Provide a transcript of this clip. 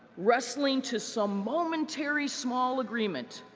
wrestling to some momentary small agreement,